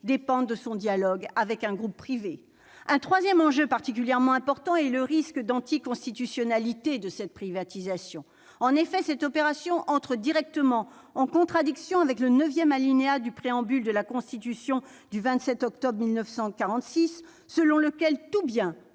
dépendre de son dialogue avec un groupe privé. Un troisième enjeu particulièrement important est le risque d'anticonstitutionnalité d'une telle privatisation. En effet, cette opération entre directement en contradiction avec le neuvième alinéa du préambule de la Constitution du 27 octobre 1946 :« Tout bien,